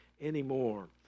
anymore